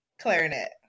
Clarinet